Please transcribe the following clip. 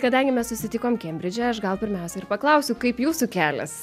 kadangi mes susitikom kembridže aš gal pirmiausia paklausiu kaip jūsų kelias